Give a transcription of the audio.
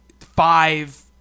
five